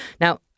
Now